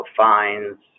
fines